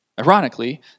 Ironically